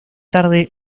tarde